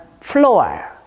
floor